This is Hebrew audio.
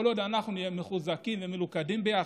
כל עוד אנחנו נהיה מחוזקים ומלוכדים ביחד,